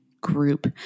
Group